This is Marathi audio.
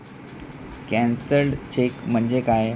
कॅन्सल्ड चेक म्हणजे काय?